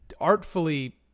artfully